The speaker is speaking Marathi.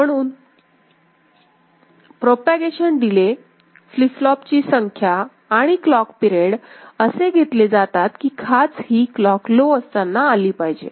म्हणून प्रोपागेशन डिले फ्लिप फ्लॉपची संख्या आणि क्लॉक पिरेड असे घेतले जातात की खाच ही क्लॉक लो असताना आली पाहिजे